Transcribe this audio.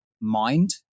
mind